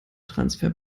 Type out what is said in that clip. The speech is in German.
transfer